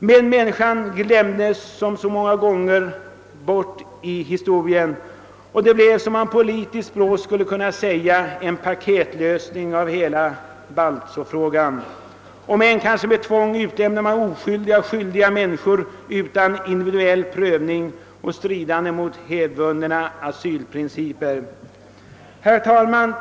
Men människan glömdes som så många gånger förr i historien bort. Något som man på politiskt språk skulle kunna kalla en paketlösning av hela baltfrågan kom till stånd. Om än kanske med tvång utlämnade man oskyldiga och skyldiga människor utan individuell prövning och i strid mot hävdvunna asylprinciper. Herr talman!